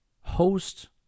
host